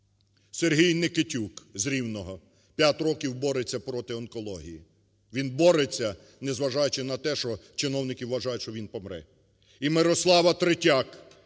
Сергій Никитюк з Рівного 5 років бореться проти онкології, він бореться, незважаючи на те, що чиновники вважають, що він помре. І Мирослава Третяк